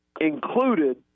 included